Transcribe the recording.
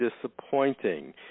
disappointing